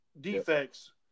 defects